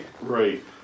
Right